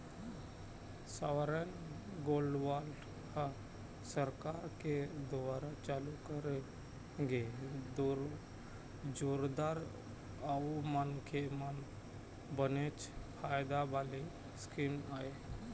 sovereign gold bond ह सरकार के दुवारा चालू करे गे जोरदार अउ मनखे मन बनेच फायदा वाले स्कीम आय